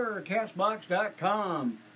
castbox.com